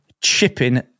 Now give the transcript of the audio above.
chipping